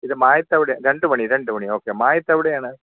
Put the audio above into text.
ഇത് മായത്ത് എവിടെയാണ് രണ്ട് മണി രണ്ട് മണി ഓക്കെ മായത്ത് എവിടെയാണ്